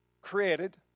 created